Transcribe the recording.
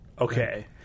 Okay